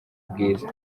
bwiza